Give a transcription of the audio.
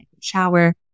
shower